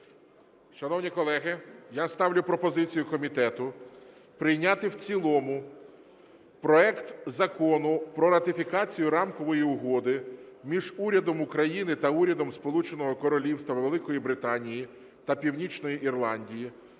Шановні колеги, я ставлю пропозицію комітету прийняти в цілому проект Закону про ратифікацію Рамкової угоди між Урядом України та Урядом Сполученого Королівства Великої Британії та Північної Ірландії